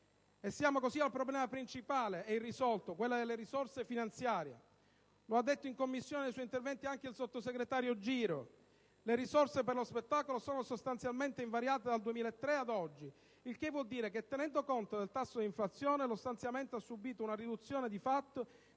E siamo così al problema principale e irrisolto: quello delle risorse finanziarie. Lo ha detto in Commissione nei suoi interventi anche il sottosegretario Giro: le risorse per lo spettacolo sono sostanzialmente invariate dal 2003 ad oggi; il che vuol dire che, tenendo conto, del tasso di inflazione, lo stanziamento ha subito una riduzione di fatto